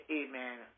amen